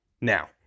Now